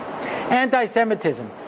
Anti-Semitism